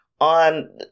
on